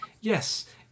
yes